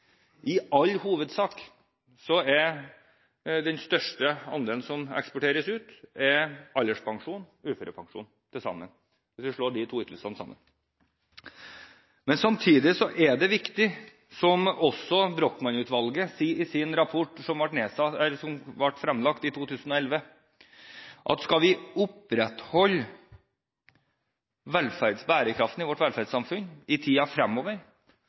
I all hovedsak er den største andelen som eksporteres ut, alderspensjon og uførepensjon – hvis vi slår de to ytelsene sammen. Samtidig er det slik – som også Brochmann-utvalget sier i sin rapport, som ble fremlagt i 2011 – at skal vi opprettholde bærekraften i vårt velferdssamfunn i tiden fremover,